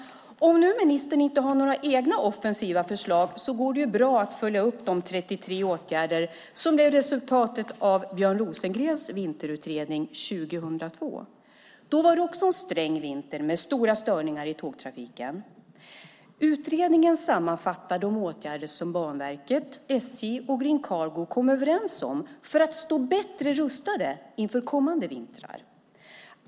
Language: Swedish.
Om nu ministern inte har några egna offensiva förslag, går det bra att följa upp de 33 åtgärder som blev resultatet av Björn Rosengrens vinterutredning 2002. Då var det också en sträng vinter med stora störningar i tågtrafiken. Utredningen sammanfattar de åtgärder som Banverket, SJ och Green Cargo kom överens om för att stå bättre rustade inför kommande vintrar.